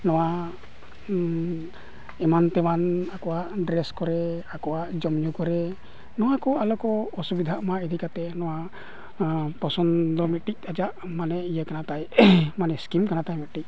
ᱱᱚᱣᱟ ᱮᱢᱟᱱ ᱛᱮᱢᱟᱱ ᱟᱠᱚᱣᱟᱜ ᱰᱨᱮᱥ ᱠᱚᱨᱮᱜ ᱟᱠᱚᱣᱟᱜ ᱡᱚᱢᱼᱧᱩ ᱠᱚᱨᱮᱜ ᱱᱚᱣᱟ ᱠᱚ ᱟᱞᱚ ᱠᱚ ᱚᱥᱩᱵᱤᱫᱷᱟᱜ ᱢᱟ ᱤᱫᱤ ᱠᱟᱛᱮᱫ ᱱᱚᱣᱟ ᱯᱚᱥᱚᱱᱫᱚ ᱢᱤᱫᱴᱤᱡ ᱟᱡᱟᱜ ᱢᱟᱱᱮ ᱤᱭᱟᱹ ᱠᱟᱱᱟ ᱛᱟᱭ ᱢᱟᱱᱮ ᱥᱠᱤᱢ ᱠᱟᱱᱟ ᱛᱟᱭ ᱢᱤᱫᱴᱤᱡ